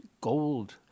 gold